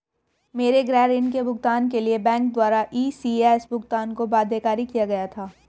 मेरे गृह ऋण के भुगतान के लिए बैंक द्वारा इ.सी.एस भुगतान को बाध्यकारी किया गया था